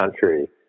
country